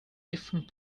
different